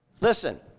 listen